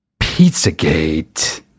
Pizzagate